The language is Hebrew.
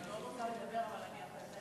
אני מאוד רוצה לדבר, אבל אני אוותר.